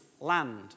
land